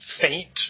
faint